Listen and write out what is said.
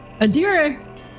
Adira